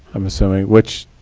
i'm assuming, which,